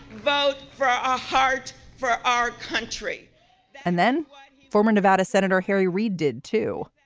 vote for a heart for our country and then former nevada senator harry reid did, too.